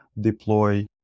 deploy